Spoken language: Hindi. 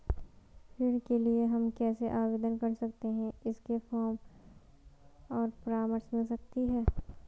ऋण के लिए हम कैसे आवेदन कर सकते हैं इसके फॉर्म और परामर्श मिल सकती है?